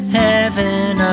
heaven